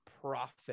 profit